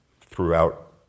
throughout